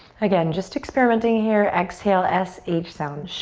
again, just experimenting here. exhale, s h sound.